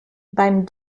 beim